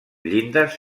llindes